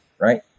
Right